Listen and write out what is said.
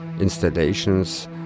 installations